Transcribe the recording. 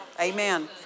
Amen